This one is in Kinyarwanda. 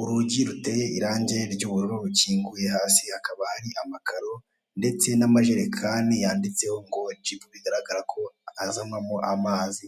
Urugi ruteye irangi ry'ubururu rukinguye hasi hakaba hari amakaro, ndetse n'amajerekani yanditseho ngo jibu bigaragara ko azanwamo amazi.